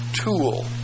tool